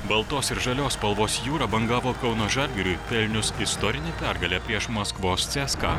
baltos ir žalios spalvos jūra bangavo kauno žalgiriui pelnius istorinę pergalę prieš maskvos cska